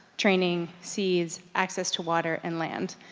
training, seeds, access to water and land.